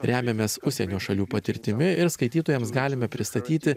remiamės užsienio šalių patirtimi ir skaitytojams galime pristatyti